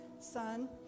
son